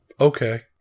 okay